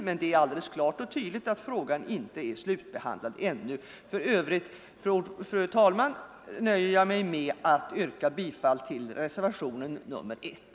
Men det är klart och tydligt att frågan inte är slutbehandlad ännu. För övrigt, fru talman, nöjer jag mig med att yrka bifall till reservationen 1.